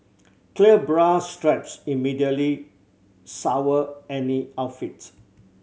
clear bra straps immediately sour any outfits